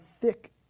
thick